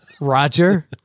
Roger